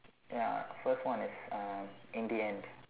ya first one is uh in the end